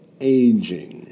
aging